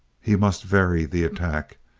he must vary the attack.